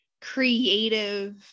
creative